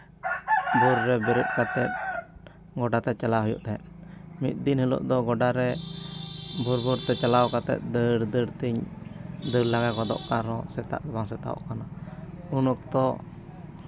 ᱵᱷᱳᱨ ᱨᱮ ᱵᱮᱨᱮᱫ ᱠᱟᱛᱮᱫ ᱜᱚᱰᱟ ᱛᱮ ᱪᱟᱞᱟᱜ ᱦᱩᱭᱩᱜ ᱛᱟᱦᱮᱸᱫ ᱢᱤᱫ ᱫᱤᱱ ᱦᱤᱞᱳᱜ ᱫᱚ ᱜᱚᱰᱟᱨᱮ ᱵᱷᱳᱨᱼᱵᱷᱳᱨ ᱛᱮ ᱪᱟᱞᱟᱣ ᱠᱟᱛᱮᱫ ᱫᱟᱹᱲᱼᱫᱟᱹᱲ ᱛᱤᱧ ᱫᱟᱹᱲ ᱞᱟᱸᱜᱟ ᱜᱚᱫᱚᱜ ᱠᱟᱱ ᱨᱮᱦᱚᱸ ᱥᱮᱛᱟᱜ ᱜᱮᱵᱟᱝ ᱥᱮᱛᱟᱜᱚᱜ ᱠᱟᱱᱟ ᱩᱱ ᱚᱠᱛᱚ